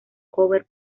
cover